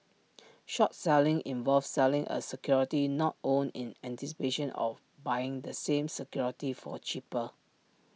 short selling involves selling A security not owned in anticipation of buying the same security for A cheaper